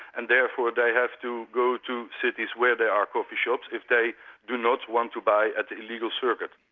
and therefore they have to go to cities where there are coffee-shops if they do not want to buy at the illegal circuit.